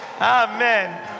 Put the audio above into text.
amen